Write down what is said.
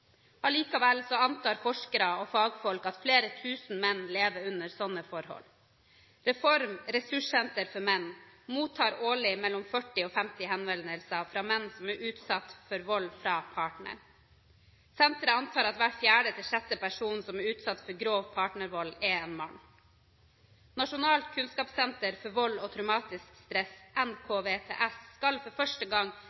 Allikevel antar forskere og fagfolk at flere tusen menn lever under slike forhold. Reform – ressurssenter for menn – mottar årlig mellom 40 og 50 henvendelser fra menn som er utsatt for vold fra partneren. Senteret antar at hver fjerde til sjette person som er utsatt for grov partnervold, er en mann. Nasjonalt kunnskapssenter om vold og traumatisk stress